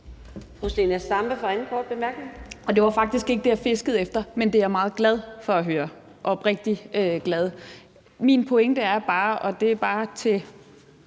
Det var faktisk ikke det, jeg fiskede efter, men det er jeg meget glad for at høre – oprigtig glad. Min pointe er bare – og det kan man